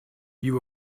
you